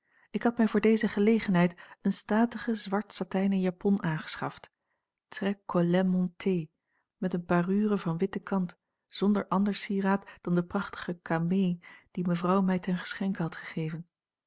ik had mij voor deze gelegenheid eene statige zwart satijnen japon aangeschaft très collet monté met eene parure van witte kant zonder ander sieraad dan de prachtige camée die mevrouw mij ten geschenke had gegeven